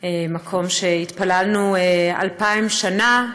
מקום שהתפללנו אלפיים שנה,